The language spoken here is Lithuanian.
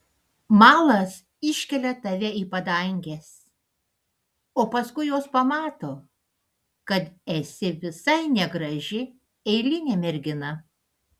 malas iškelia tave į padanges o paskui jos pamato kad esi visai negraži eilinė mergina